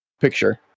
picture